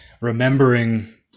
remembering